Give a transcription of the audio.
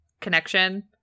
connection